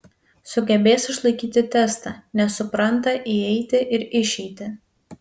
sugebės išlaikyti testą nes supranta įeitį ir išeitį